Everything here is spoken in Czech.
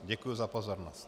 Děkuji za pozornost.